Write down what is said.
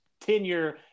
tenure